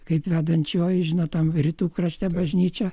kaip vedančioji žinot tam rytų krašte bažnyčia